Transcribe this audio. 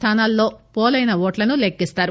స్థానాల్లో పోలయిన ఓట్లను లెక్కిస్తారు